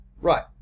right